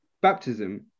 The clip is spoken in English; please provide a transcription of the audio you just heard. baptism